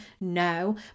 No